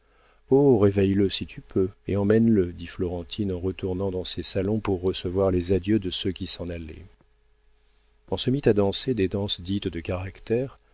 plus oh réveille le si tu peux et emmène le dit florentine en retournant dans ses salons pour recevoir les adieux de ceux qui s'en allaient on se mit à danser des danses dites de caractère